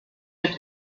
mit